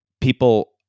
people